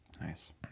Nice